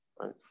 right